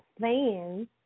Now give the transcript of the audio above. fans